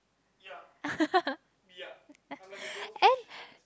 and